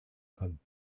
kann